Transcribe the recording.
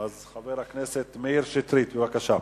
חבר הכנסת מאיר שטרית, בבקשה,